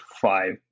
five